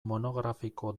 monografiko